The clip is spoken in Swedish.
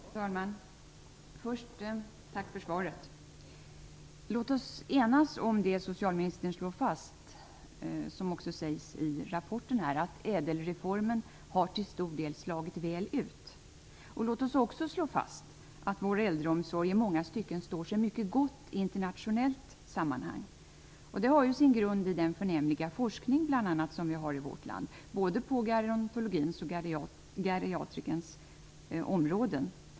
Fru talman! Först vill jag tacka för svaret. Låt oss enas om det som socialminister slår fast och som också sägs i rapporten, att ÄDEL-reformen till stor del har slagit väl ut. Låt oss också slå fast att vi kan vara överens om att vår äldreomsorg i många stycken står sig mycket gott i internationella sammanhang. Det har sin grund i bl.a. den förnämliga forskning som vi har i vårt land, både på gerontologins och på geriatrikens områden.